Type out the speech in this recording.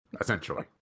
Essentially